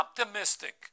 optimistic